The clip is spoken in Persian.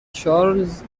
چارلز